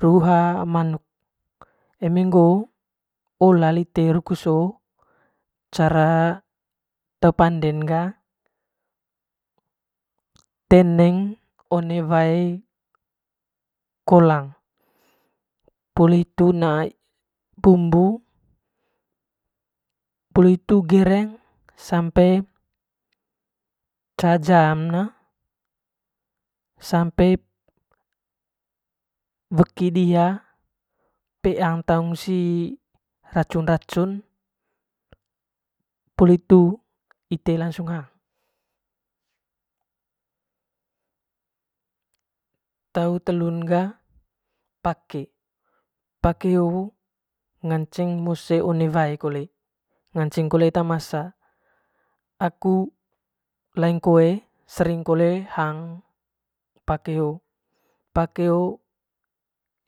Ruha manuk eme ngoo ola lite rukus hoo cara te oanden ga teneng one wae kolang poli hitu haa bumbu poli hitu gereng sampe ca jam ne sampe weki diha peang taung si racun racun poli hitu ite langsung hang te telun ga pake pake ho ngacenng mose one wae kole ngaeng kole eta masa aku ;aing koe sering kole hang pake hoo pake hoo